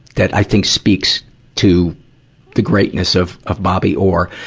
that i think speaks to the greatness of, of bobby orr.